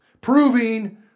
proving